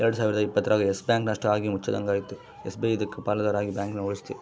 ಎಲ್ಡು ಸಾವಿರದ ಇಪ್ಪತ್ತರಾಗ ಯಸ್ ಬ್ಯಾಂಕ್ ನಷ್ಟ ಆಗಿ ಮುಚ್ಚಂಗಾಗಿತ್ತು ಎಸ್.ಬಿ.ಐ ಇದಕ್ಕ ಪಾಲುದಾರ ಆಗಿ ಬ್ಯಾಂಕನ ಉಳಿಸ್ತಿ